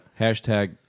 Hashtag